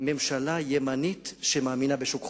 ממשלה ימנית שמאמינה בשוק חופשי.